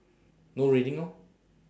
no raining lor